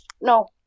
no